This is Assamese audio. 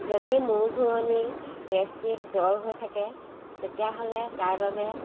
যদি মূৰ ঘূৰণি গেষ্ট্ৰিক জ্বৰ হৈ থাকে তেতিয়াহ'লে তাৰবাবে